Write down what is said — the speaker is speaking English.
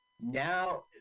Now